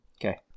okay